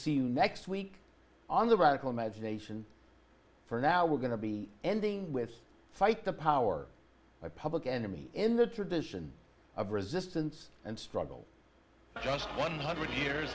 you next week on the radical imagination for now we're going to be ending with fight the power by public enemy in the tradition of resistance and struggle just one hundred years